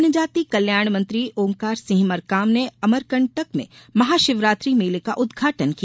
जनजाति कल्याण मंत्री ओकार सिंह मरकाम ने अमरकंटक में महाशिवरात्रि मेले का उद्घाटन किया